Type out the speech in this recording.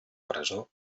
presó